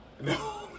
No